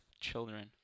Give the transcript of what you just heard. children